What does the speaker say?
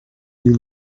you